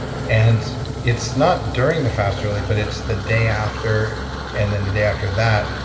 and it's not during the fast really but it's the day after and then the day after that,